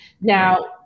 Now